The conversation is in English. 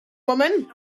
woman